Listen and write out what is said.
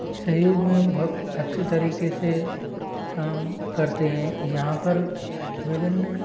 सहयोग में बहुत अच्छे तरीके से काम करते हैं यहाँ पर विभिन्न